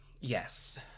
Yes